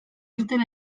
irten